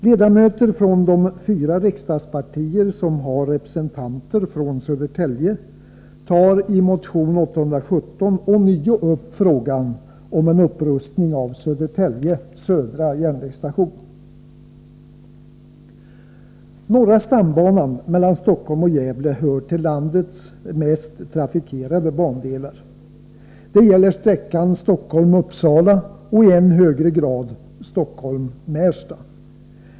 Ledamöter från de fyra riksdagspartier som har representanter från Södertälje tar i motion 817 ånyo upp frågan om en upprustning av Södertälje Södra järnvägsstation. Norra stambanan mellan Stockholm och Gävle hör till landets mest trafikerade bandelar. Det gäller sträckan Stockholm-Uppsala, och i än högre grad Stockholm-Märsta.